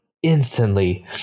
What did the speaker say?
instantly